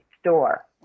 store